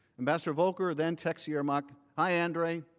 ambassador volker then texts yermak hi andriy